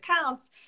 accounts